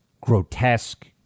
grotesque